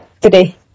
today